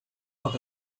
out